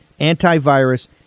antivirus